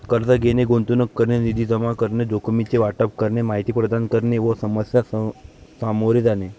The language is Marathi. कर्ज घेणे, गुंतवणूक करणे, निधी जमा करणे, जोखमीचे वाटप करणे, माहिती प्रदान करणे व समस्या सामोरे जाणे